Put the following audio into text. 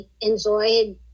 enjoyed